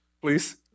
please